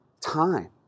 time